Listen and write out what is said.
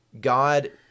God